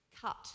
cut